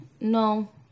no